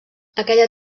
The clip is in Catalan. aquella